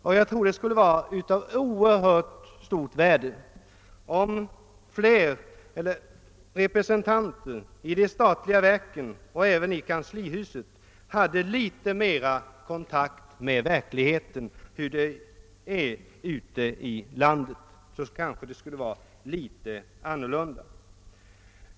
Jag tror att det skulle vara av oerhört stort värde, om representanter i de statliga verken och även i kanslihuset hade litet mera kontakt med verkligheten, med hurdana förhållandena är ute i landet. Då kanske en del skulle vara annorlunda.